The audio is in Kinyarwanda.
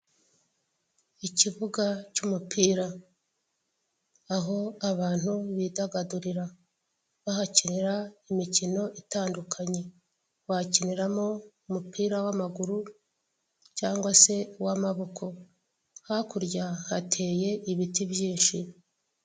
Ikibuga cy'umupira aho abantu bidagadurira bahakinira imikino itandukanye wakiniramo umupira w'amaguru cyangwa se uw'amaboko, hakurya hateye ibiti byinshi.